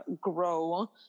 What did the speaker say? grow